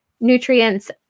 nutrients